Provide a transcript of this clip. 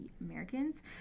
Americans